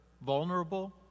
vulnerable